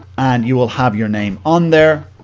and you will have your name on there.